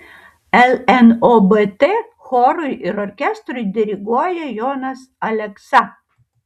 lnobt chorui ir orkestrui diriguoja jonas aleksa